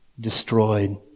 destroyed